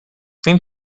فیلم